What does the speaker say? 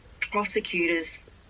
prosecutors